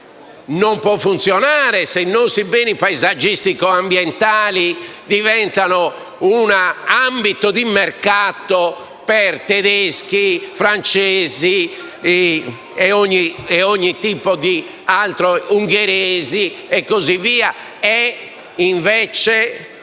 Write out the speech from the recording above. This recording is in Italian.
non può funzionare se i nostri beni paesaggistico-ambientali diventano un ambito di mercato per tedeschi, francesi, ungheresi e così via e invece